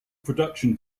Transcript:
production